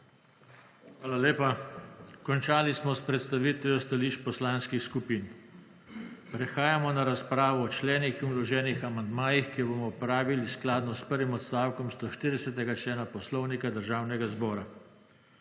Hvala lepa. Končali smo s predstavitvijo stališč poslanskih skupin. Prehajamo na razpravo o členih in o vloženih amandmajih, ki jo bomo opravili skladno s prvim odstavkom 140. člena Poslovnika Državnega zbora.